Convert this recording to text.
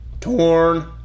Torn